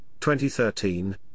2013